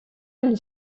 amb